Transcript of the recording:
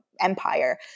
empire